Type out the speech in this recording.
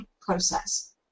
process